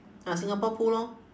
ah singapore pool lor